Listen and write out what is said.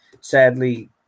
sadly